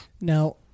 Now